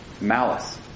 malice